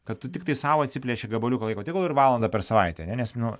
kad tu tiktai sau atsiplėši gabaliuką laiko tegul ir valandą per savaitę ane nes nu